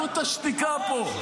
תראו את השתיקה פה.